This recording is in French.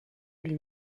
lui